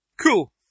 Cool